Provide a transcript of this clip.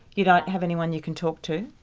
you don't have anyone you can talk to?